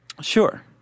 Sure